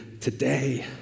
today